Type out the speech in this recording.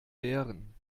beeren